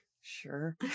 Sure